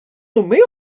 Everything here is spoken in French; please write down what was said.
nommée